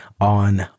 on